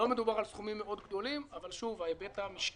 לא מדובר על סכומים מאוד גדולים, אבל ההיבט המשקי,